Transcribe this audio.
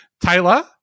Taylor